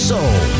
Soul